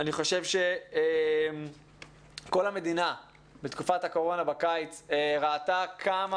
אני חושב שכל המדינה בתקופת הקורונה בקיץ ראתה כמה